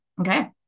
Okay